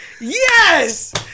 Yes